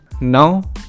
Now